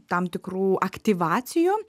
tam tikrų aktyvacijų